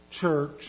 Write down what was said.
church